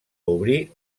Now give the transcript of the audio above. obrir